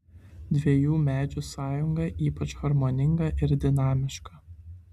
dviejų medžių sąjunga ypač harmoninga ir dinamiška